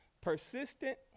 Persistent